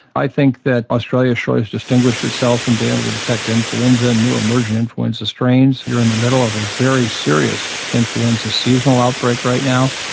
i think that australia has distinguished itself in being able to detect influenza and new emerging influenza strains. you are in the middle of a very serious influenza seasonal outbreak right now.